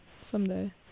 Someday